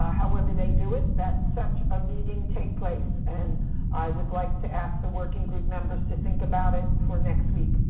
however they do it, that such a meeting take place. and i would like to ask the working group members to think about it for next week.